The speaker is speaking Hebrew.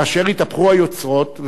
כאשר התהפכו היוצרות.